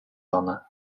honor